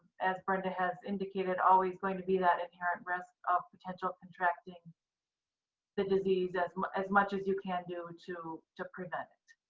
as brenda has indicated, always going to be that risk of potential contracting the disease as as much as you can do to to prevent it.